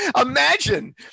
Imagine